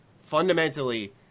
fundamentally